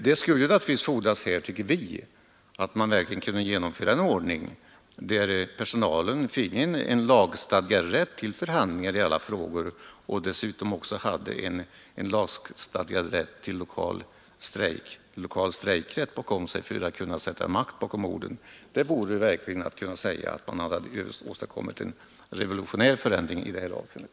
Det är i stället nödvändigt, tycker vi, att genomföra en ordning enligt vilken personalen finge lagstadgad rätt till förhandlingar i alla frågor och dessutom till lokal strejkrätt — för att få makt bakom orden. Det skulle kunna betecknas som en revolutionär förändring i det här sammanhanget.